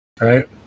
right